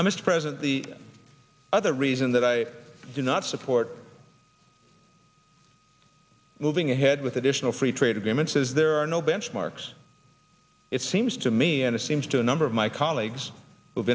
mr president the other reason that i do not support moving ahead with additional free trade agreements is there are no benchmarks it seems to me and it seems to a number of my colleagues who've